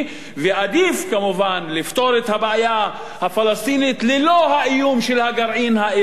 ועדיף כמובן לפתור את הבעיה הפלסטינית ללא האיום של הגרעין האירני,